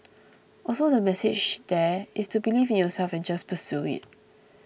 also the message there is to believe in yourself and just pursue it